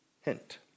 hint